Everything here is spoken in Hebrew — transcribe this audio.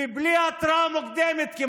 וכמעט בלי התראה מוקדמת.